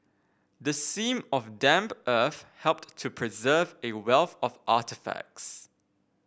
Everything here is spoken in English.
the seam of damp earth helped to preserve a wealth of artefacts